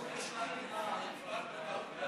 הצבענו בטעות בעד,